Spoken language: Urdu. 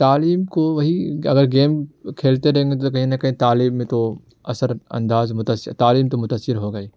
تعلیم کو وہی اگر گیم کھیلتے رہیں گے تو کہیں نہ کہیں تعلیم میں تو اثر انداز متاثر تعلیم تو متاثر ہوگا ہی